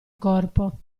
corpo